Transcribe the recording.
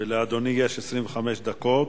ולאדוני יש 25 דקות.